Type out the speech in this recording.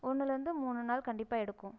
ஒன்றுலருந்து மூணு நாள் கண்டிப்பாக எடுக்கும்